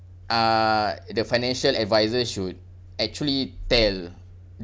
uh the financial advisors should actually tell